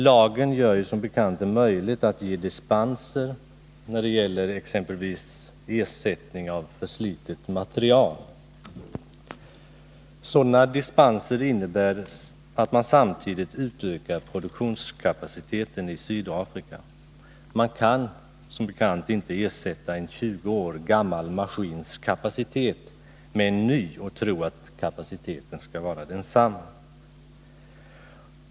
Lagen gör det ju som bekant möjligt att ge dispenser när det exempelvis gäller ersättning av förslitet material. Sådana dispenser innebär att man samtidigt utökar produktionskapaciteten i Sydafrika. Man kan inte ersätta en 20 år gammal maskin med en ny och tro att kapaciteten skall vara densamma.